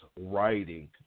writing